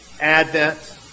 Advent